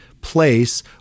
place